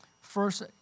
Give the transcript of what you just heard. first